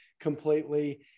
completely